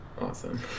Awesome